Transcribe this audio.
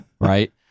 Right